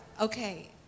okay